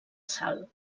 sal